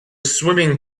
swimming